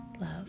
Love